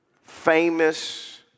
famous